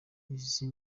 izi